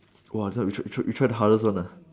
!wah! this one we tr~ we try the hardest one lah